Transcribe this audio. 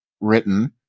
written